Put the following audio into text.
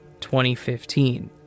2015